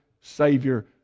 Savior